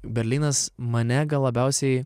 berlynas mane labiausiai